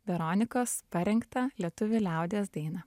veronikos parengtą lietuvių liaudies dainą